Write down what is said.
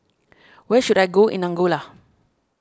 where should I go in Angola